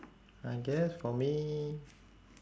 I guess for me